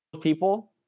People